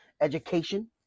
education